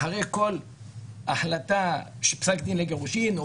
אחרי כל החלטה של פסק דין לגירושין או